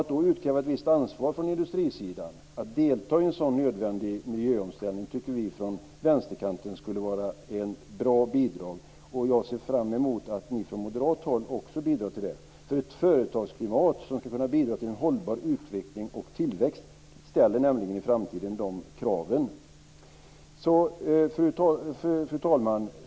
Att då utkräva ett ansvar från industrin, att man ska delta i en sådan nödvändig miljöomställning tycker vi på vänsterkanten skulle vara ett bra bidrag. Jag ser fram emot att också ni från moderat håll vill bidra till detta. Ett företagsklimat som skulle kunna bidra till en hållbar utveckling och tillväxt ställer nämligen dessa krav i framtiden. Fru talman!